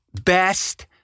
Best